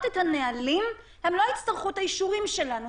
את הנהלים הם לא יצטרכו את האישורים שלנו,